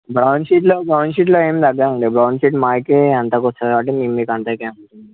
brown షీట్లో brown షీట్లో ఏమి తగ్గదు అండి బ్రౌన్ షీట్ మాకు అంతకు వస్తుంది కాబట్టి మేము మీకు అంతకు అమ్ముతున్నాం